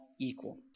equal